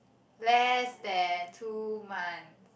less than two months